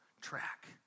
track